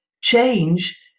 change